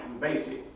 basic